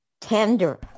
tender